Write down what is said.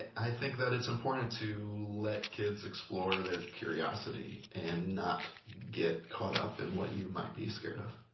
i think that it's important to let kids explore their curiosity and not get caught up in what you might be scared of.